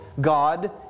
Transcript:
God